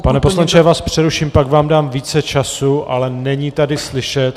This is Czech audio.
Pane poslanče, já vás přeruším, pak vám dám více času, ale není tady slyšet.